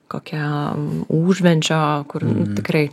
kokiam užvenčio kur tikrai